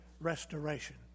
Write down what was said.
restoration